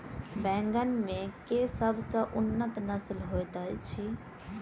बैंगन मे केँ सबसँ उन्नत नस्ल होइत अछि?